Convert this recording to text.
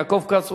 יעקב כץ,